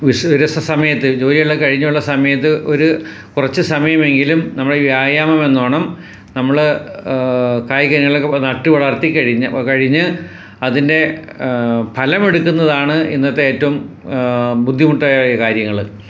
വിഷുരസ സമയത്ത് ജോലിയെല്ലാം കഴിഞ്ഞുള്ള ഒരു സമയത്ത് കുറച്ച് സമയമെങ്കിലും നമ്മൾ വ്യയാമെന്നോണം നമ്മൾ കായ് കനികളക്കെ നട്ട് വളർത്തി കഴിഞ്ഞ് കഴിഞ്ഞ് അതിൻ്റെ ഫലം എടുക്കുന്നതാണ് ഇന്നത്തെ ഏറ്റോം ബുദ്ധിമുട്ടായ കാര്യങ്ങൾ